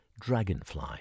dragonfly